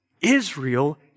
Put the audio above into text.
Israel